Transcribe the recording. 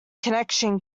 connection